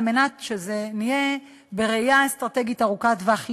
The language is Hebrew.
על מנת שזה יהיה בראייה אסטרטגית ארוכת טווח,